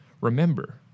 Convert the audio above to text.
Remember